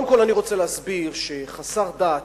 קודם כול, אני רוצה להסביר שחסר דת,